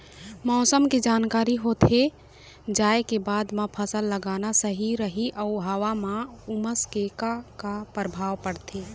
मौसम के जानकारी होथे जाए के बाद मा फसल लगाना सही रही अऊ हवा मा उमस के का परभाव पड़थे?